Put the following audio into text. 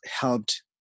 helped